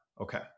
Okay